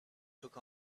took